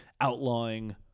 outlawing